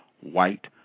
white